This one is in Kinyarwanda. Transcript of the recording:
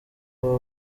aba